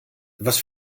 was